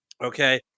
okay